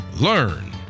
learn